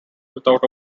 without